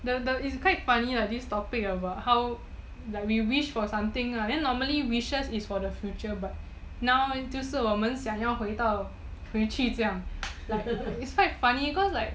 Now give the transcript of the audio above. the the it's quite funny ah this topic about how like we wish for something ah hen normally wishes is for the future but now 我们想要回去这样 like it's quite funny because